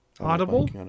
Audible